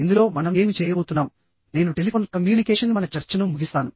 ఇందులో మనం ఏమి చేయబోతున్నాంనేను టెలిఫోన్ కమ్యూనికేషన్ మన చర్చను ముగిస్తాను